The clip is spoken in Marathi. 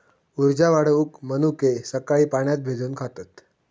उर्जा वाढवूक मनुके सकाळी पाण्यात भिजवून खातत